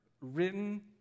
written